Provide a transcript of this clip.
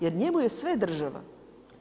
Jer njemu je sve država.